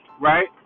Right